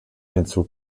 hinzu